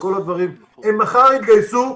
מחר הם יתגייסו,